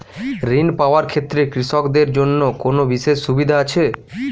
ঋণ পাওয়ার ক্ষেত্রে কৃষকদের জন্য কোনো বিশেষ সুবিধা আছে?